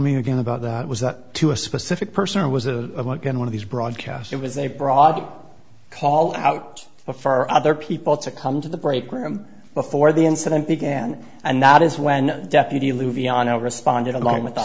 me again about that was that to a specific person was a good one of these broadcasts it was a broad call out of far other people to come to the break room before the incident began and that is when deputy louisiana responded along with